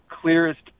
clearest